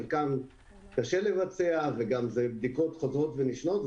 חלקן קשה לבצע ואלה גם בדיקות חוזרות ונשנות,